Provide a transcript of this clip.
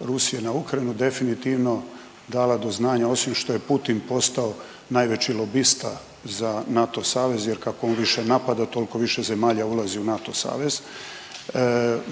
Rusije na Ukrajinu definitivno dala do znanja osim što je Putin postao najveći lobista za NATO savez jer kako on više napada tolko više zemalja ulazi u NATO savez,